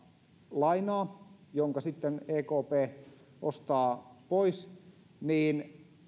lainaa jonka sitten ekp ostaa pois niin